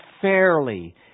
fairly